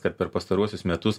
kad per pastaruosius metus